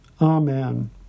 Amen